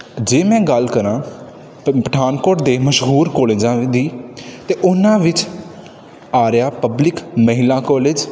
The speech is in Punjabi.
ਜੇ ਮੈਂ ਗੱਲ ਕਰਾਂ ਪ ਪਠਾਨਕੋਟ ਦੇ ਮਸ਼ਹੂਰ ਕੋਲੇਜਾਂ ਦੀ ਤਾਂ ਉਨ੍ਹਾਂ ਵਿੱਚ ਆਰਿਆ ਪਬਲਿਕ ਮਹਿਲਾ ਕੋਲੇਜ